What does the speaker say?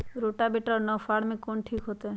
Rotavator और नौ फ़ार में कौन ठीक होतै?